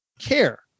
care